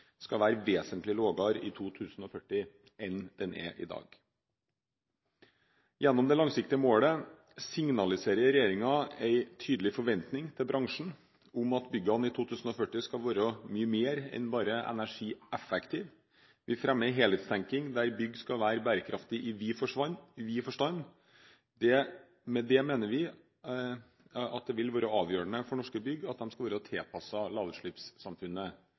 skal være vesentlige lavere i 2040 enn den er i dag. Gjennom dette langsiktige målet signaliserer regjeringen en tydelig forventning til bransjen om at byggene i 2040 skal være mye mer enn bare energieffektive. Vi fremmer en helhetstenkning der bygg skal være bærekraftige i vid forstand. Med det mener vi at det vil være avgjørende for norske bygg at de skal være tilpasset lavutslippssamfunnet. De skal også være sunne å